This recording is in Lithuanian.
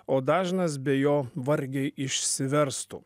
o dažnas be jo vargiai išsiverstų